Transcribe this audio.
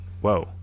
whoa